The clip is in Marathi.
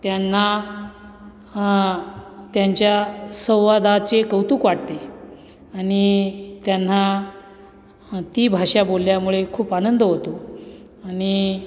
त्यांना त्यांच्या संवादाचे कौतुक वाटते आणि त्यांना ती भाषा बोलल्यामुळे खूप आनंद होतो आणि